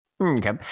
Okay